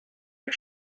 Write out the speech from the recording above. der